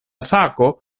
sako